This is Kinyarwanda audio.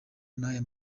n’aya